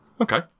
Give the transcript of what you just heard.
Okay